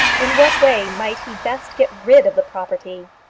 in what way might he best get rid of the property?